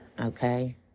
okay